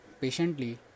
patiently